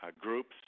groups